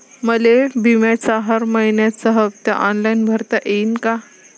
मले बिम्याचा हर मइन्याचा हप्ता ऑनलाईन भरता यीन का?